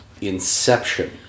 Inception